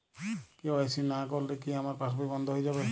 KYC না করলে কি আমার পাশ বই বন্ধ হয়ে যাবে?